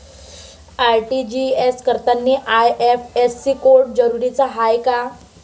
RTGS करतांनी IFSC code जरुरीचा हाय का?